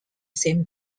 same